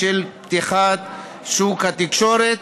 של פתיחת שוק התקשורת,